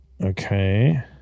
Okay